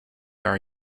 are